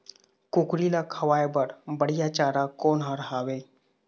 कुकरी ला खवाए बर बढीया चारा कोन हर हावे?